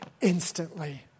instantly